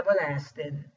everlasting